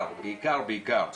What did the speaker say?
בעיקר בעיקר בעיקר,